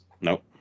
Nope